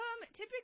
Typically